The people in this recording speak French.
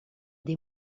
des